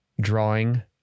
drawing